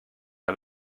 der